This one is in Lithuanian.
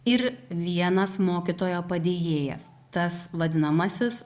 ir vienas mokytojo padėjėjas tas vadinamasis